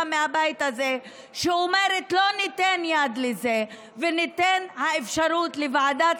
מהבית הזה שאומרת: לא ניתן יד לזה וניתן אפשרות לוועדת